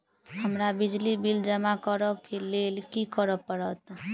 हमरा बिजली बिल जमा करऽ केँ लेल की करऽ पड़त?